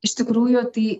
iš tikrųjų tai